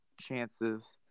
chances